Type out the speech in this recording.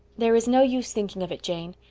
there is no use thinking of it, jane.